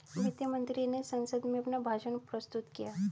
वित्त मंत्री ने संसद में अपना भाषण प्रस्तुत किया